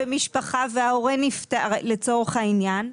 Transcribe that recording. במשפחה וההורה נפטר לצורך העניין,